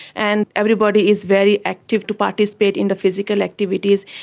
and everybody is very active to participate in physical activities.